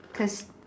cause